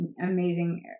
Amazing